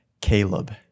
Caleb